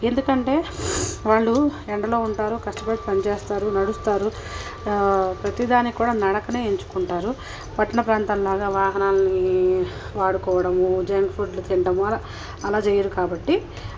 ఎందుకంటే వాళ్ళు ఎండలో ఉంటారు కష్టపడి పనిచేస్తారు నడుస్తారు ప్రతీ దానిక్కూడా నడకనే ఎంచుకుంటారు పట్టణ ప్రాంతాల్లాగా వాహనాలనీ వాడుకోవడము జంక్ ఫుడ్లు తినడము అలా చెయ్యరు కాబట్టి